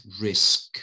risk